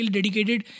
dedicated